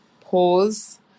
pause